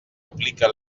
aplica